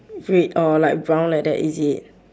red or like brown like that is it